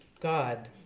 God